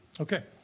Okay